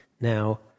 Now